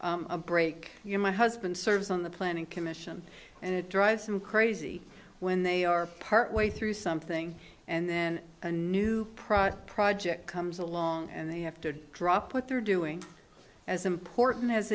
commission a break you know my husband serves on the planning commission and it drives them crazy when they are part way through something and then a new project project comes along and they have to drop what they're doing as important as